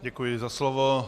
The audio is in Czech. Děkuji za slovo.